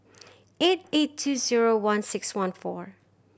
eight eight two zero one six one four